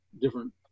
different